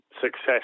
success